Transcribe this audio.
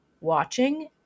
watching